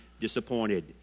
disappointed